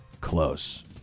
close